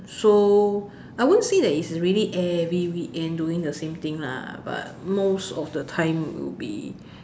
so I won't say that is really every weekend doing the same thing lah but most of the time will be